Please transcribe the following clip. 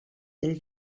del